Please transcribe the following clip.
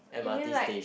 you mean like